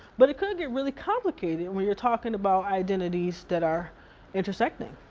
but it could get really complicated when you're talking about identities that are intersecting.